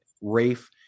Rafe